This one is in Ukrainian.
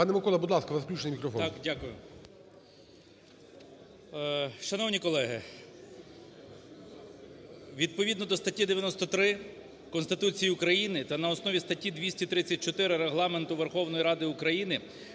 Пане Миколо, будь ласка, у вас включений мікрофон.